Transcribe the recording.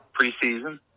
preseason